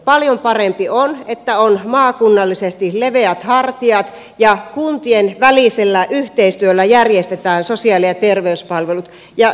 paljon parempi on että on maakunnallisesti leveät hartiat ja kuntien välisellä yhteistyöllä järjestetään sosiaali ja terveyspalvelut